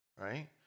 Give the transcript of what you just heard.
Right